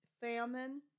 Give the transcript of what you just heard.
famine